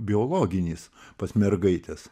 biologinis pas mergaites